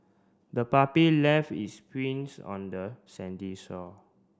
the puppy left its prints on the sandy shore